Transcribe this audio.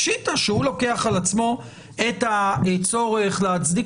פשיטה שהוא לוקח על עצמו את הצורך להצדיק